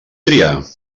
triar